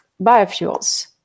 biofuels